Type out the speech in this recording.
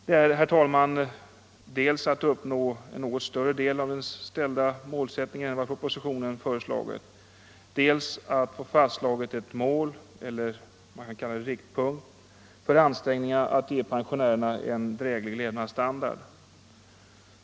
De är, herr talman, dels att uppnå en något större del av den ställda målsättningen än vad propositionen föreslagit, dels att få fastslaget ett mål — man kan kalla det en riktpunkt — för ansträngningarna att ge pensionärerna en dräglig levnadsstandard.